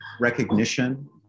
recognition